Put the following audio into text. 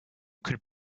could